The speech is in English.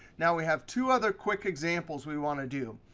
now, we have two other quick examples we want to do.